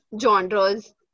genres